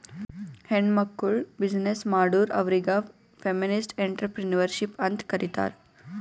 ಹೆಣ್ಮಕ್ಕುಳ್ ಬಿಸಿನ್ನೆಸ್ ಮಾಡುರ್ ಅವ್ರಿಗ ಫೆಮಿನಿಸ್ಟ್ ಎಂಟ್ರರ್ಪ್ರಿನರ್ಶಿಪ್ ಅಂತ್ ಕರೀತಾರ್